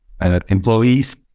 employees